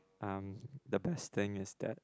um the best thing is that